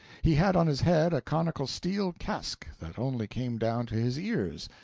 he had on his head a conical steel casque that only came down to his ears,